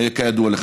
כידוע לך.